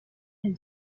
elle